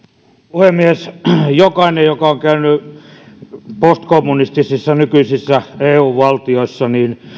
puhemies jokainen joka on käynyt postkommunistisissa nykyisissä eu valtioissa